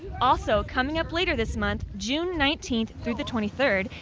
also coming up later this month, june nineteenth through the twenty third,